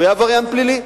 הוא יהיה עבריין פלילי,